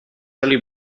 early